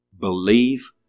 Believe